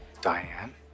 Diane